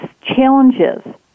challenges